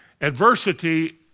Adversity